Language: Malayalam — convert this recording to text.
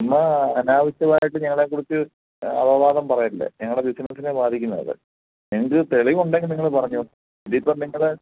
നിങ്ങൾ അനാവശ്യമായിട്ട് ഞങ്ങളെ കുറിച്ച് അപവാദം പറയല്ലേ ഞങ്ങളുടെ ബിസിനസിനെ ബാധിക്കുന്നതാണ് അത് നിങ്ങൾക്ക് തെളിവുണ്ടെങ്കിൽ നിങ്ങൾ പറഞ്ഞോളൂ ഇതിപ്പം നിങ്ങളുടെ